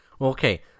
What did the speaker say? Okay